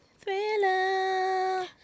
Thriller